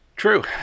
True